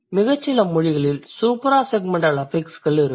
மிகச் சில மொழிகளில் சூப்ராசெக்மெண்டல் அஃபிக்ஸ்கள் இருக்கும்